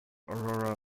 aurora